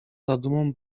zadumą